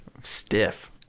Stiff